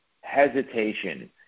hesitation